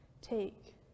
Take